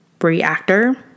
reactor